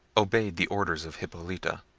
obeyed the orders of hippolita,